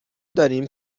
داریم